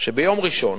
שביום ראשון